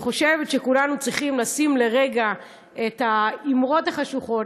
אני חושבת שכולנו צריכים לשים מאחור לרגע את האמרות החשוכות,